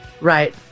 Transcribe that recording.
Right